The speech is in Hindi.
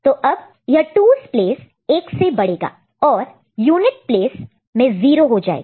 तो अब यह 2's प्लेस एक से बढ़ेगा और यूनिट प्लेस में 0 हो जाएगा